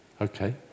Okay